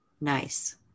Nice